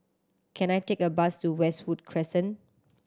can I take a bus to Westwood Crescent